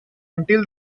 until